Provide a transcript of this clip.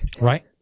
Right